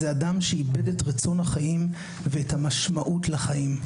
זה אדם שאיבד את רצון החיים ואת המשמעות לחיים.